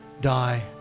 die